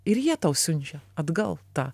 ir jie tau siunčia atgal tą